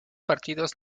partidos